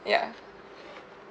ya